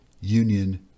Union